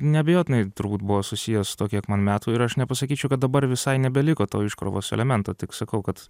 neabejotinai turbūt buvo susiję su tuo kiek man metų ir aš nepasakyčiau kad dabar visai nebeliko to iškrovos elemento tik sakau kad